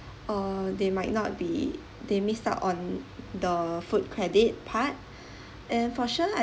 uh they might not be they missed out on the food credit part and for sure